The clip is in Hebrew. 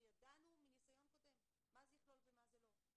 ידענו מניסיון קודם מה זה יכלול ומה זה לא.